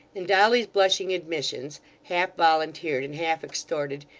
and dolly's blushing admissions, half volunteered and half extorted,